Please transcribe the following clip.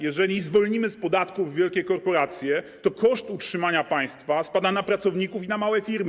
Jeżeli zwolnimy z podatków wielkie korporacje, to koszt utrzymania państwa spada na pracowników i na małe firmy.